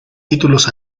títulos